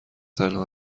تنها